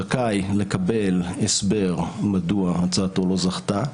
זכאי לקבל הסבר מדוע הצעתו לא זכתה.